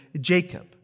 Jacob